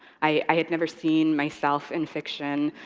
i had never seen myself in fiction,